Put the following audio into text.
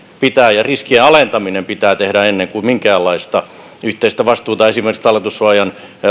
ja riskien alentaminen pitää tehdä ennen kuin minkäänlaista yhteistä vastuuta esimerkiksi talletussuojan